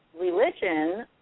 religion